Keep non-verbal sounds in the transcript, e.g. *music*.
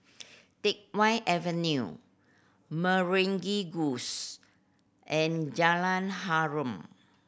Teck Whye Avenue Meragi *unintelligible* and Jalan Harum